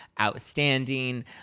outstanding